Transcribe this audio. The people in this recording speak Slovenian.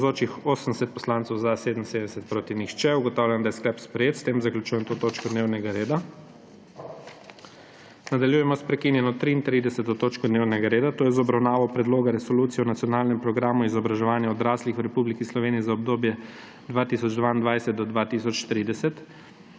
(Za je glasovalo 77.) (Proti nihče.) Ugotavljam, da je sklep sprejet. S tem zaključujem to točko dnevnega reda. Nadaljujemo s prekinjeno 33. točko dnevnega reda, to je z obravnavo Predloga resolucije o Nacionalnem programu izobraževanja odraslih v Republiki Sloveniji za obdobje 2022–2030.